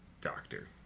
doctor